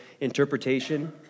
interpretation